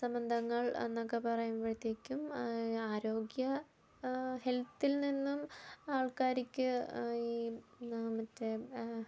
സംബന്ധങ്ങൾ എന്നൊക്കെ പറയുമ്പോഴ്ത്തേക്കും ആരോഗ്യ ഹെൽത്തിൽ നിന്നും ആൾക്കാർക്ക് ഈ മറ്റേ